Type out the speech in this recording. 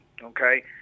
Okay